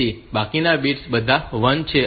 તેથી બાકીના બિટ્સ બધા 1 છે